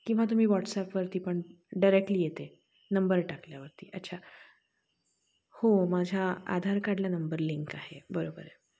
किंवा तुम्ही व्हॉट्सॲपवरती पण डायरेक्टली येते नंबर टाकल्यावरती अच्छा हो माझ्या आधार कार्डला नंबर लिंक आहे बरोबर आहे